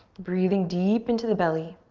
breathing deep into the belly.